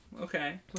okay